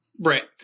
Right